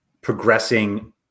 progressing